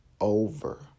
Over